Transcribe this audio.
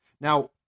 Now